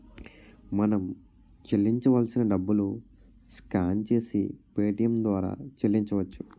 మనం చెల్లించాల్సిన డబ్బులు స్కాన్ చేసి పేటియం ద్వారా చెల్లించవచ్చు